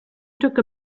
took